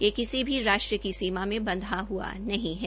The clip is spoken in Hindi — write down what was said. यह किसी भी राष्ट्र की सीमा में बंधा हुआ नहीं है